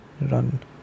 run